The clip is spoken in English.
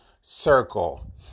circle